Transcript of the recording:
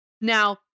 Now